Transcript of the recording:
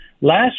Last